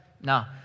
No